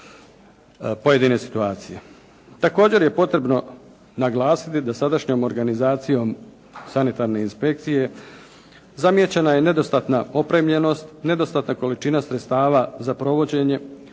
pojedine situacije. Također je potrebno naglasiti da sadašnjom organizacijom sanitarne inspekcije zamijećena je nedostatna opremljenost, nedostatna količina sredstava za provođenje,